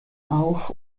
auf